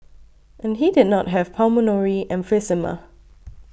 and he did not have pulmonary emphysema